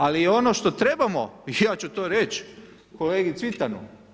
Ali ono što trebamo, ja ću to reći kolegi Cvitanu.